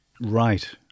Right